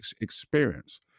experience